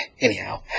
Anyhow